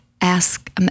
ask